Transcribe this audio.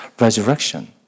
resurrection